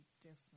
different